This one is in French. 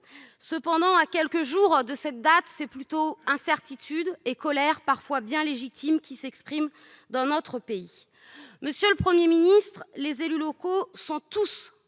Cependant, à quelques jours de cette date, ce sont plutôt incertitude et colère, parfois bien légitime, qui s'expriment dans notre pays. Monsieur le Premier ministre, les élus locaux sont tous